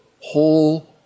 whole